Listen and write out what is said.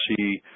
see